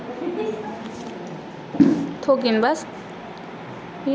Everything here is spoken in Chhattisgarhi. जउन मनखे ल चेक जारी करे गे रहिथे तेखर खाता म ओखर जानकारी रहिथे